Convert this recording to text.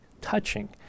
touching